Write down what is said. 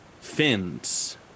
fins